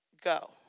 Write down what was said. go